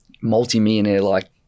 multi-millionaire-like